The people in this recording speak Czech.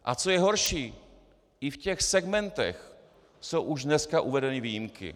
A co je horší, i v těch segmentech jsou už dneska uvedeny výjimky.